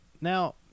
now